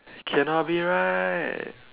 cannot be right